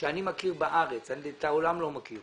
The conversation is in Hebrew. שאני מכיר בארץ את העולם אני לא מכיר